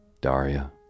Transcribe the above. Daria